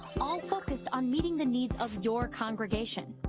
all focused on meeting the needs of your congregation.